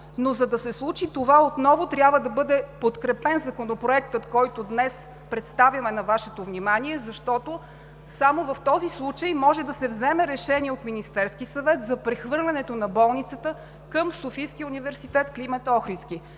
За да се случи това, отново трябва да бъде подкрепен Законопроектът, който днес представяме на Вашето внимание, защото само в този случай може да се вземе решение от Министерския съвет за прехвърлянето на болницата към Софийския университет „Св. Климент Охридски“.